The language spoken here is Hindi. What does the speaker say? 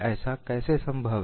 ऐसा कैसे संभव है